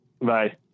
Bye